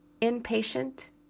impatient